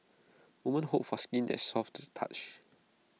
woman hope for skin that is soft to the touch